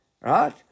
Right